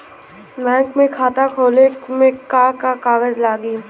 Bank में खाता खोले मे का का कागज लागी?